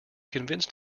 convinced